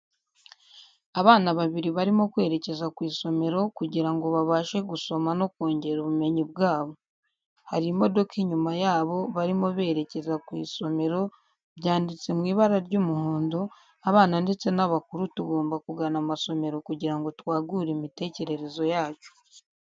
Abana babiri barimo kwerekeza ku isomero kugirango babashe gusoma no kongera ubumenyi bwabo. Hari imodoka inyuma yabo barimo berekeza ku isomero byanditse mu ibara ry'umuhondo, Abana ndetse n'abakuru tugomba kugana amasomero kugirango twagure imitekerereze yacu.